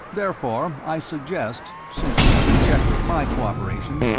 therefore i suggest, since you have rejected my cooperation,